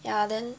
ya then